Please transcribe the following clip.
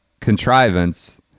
contrivance